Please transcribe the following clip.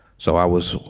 so i was